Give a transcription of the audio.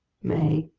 may,